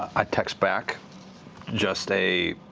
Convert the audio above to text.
i text back just a